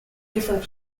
different